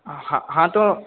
हाँ हाँ तो